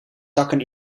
zakken